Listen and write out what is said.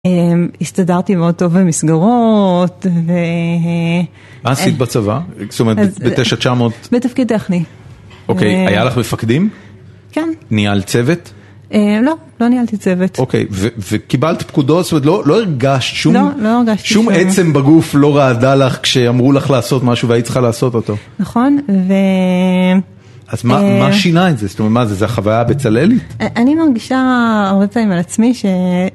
הסתדרתי מאוד טוב במסגרות ו... מה עשית בצבא? זאת אומרת, ב-9900? בתפקיד טכני. אוקיי, היה לך מפקדים? כן. ניהל צוות? לא, לא ניהלתי צוות. אוקיי, וקיבלת פקודות, זאת אומרת, לא הרגשת שום עצם בגוף לא רעדה לך כשאמרו לך לעשות משהו והיית צריכה לעשות אותו? נכון, ו... אז מה שינה את זה? זאת אומרת, מה זה? זה חוויה בצלאלית? אני מרגישה הרבה פעמים על עצמי ש...